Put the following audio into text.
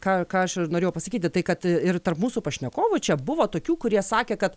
ką ką aš ir norėjau pasakyti tai kad ir tarp mūsų pašnekovų čia buvo tokių kurie sakė kad